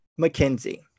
McKenzie